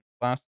class